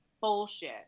bullshit